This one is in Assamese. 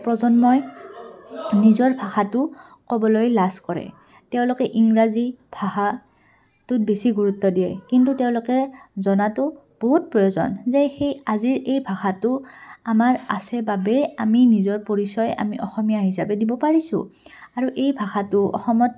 প্ৰজন্মই নিজৰ ভাষাটো ক'বলৈ লাজ কৰে তেওঁলোকে ইংৰাজী ভাষাটোত বেছি গুৰুত্ব দিয়ে কিন্তু তেওঁলোকে জনাটো বহুত প্ৰয়োজন যে সেই আজিৰ এই ভাষাটো আমাৰ আছে বাবে আমি নিজৰ পৰিচয় আমি অসমীয়া হিচাপে দিব পাৰিছোঁ আৰু এই ভাষাটো অসমত